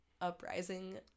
uprising